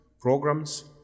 programs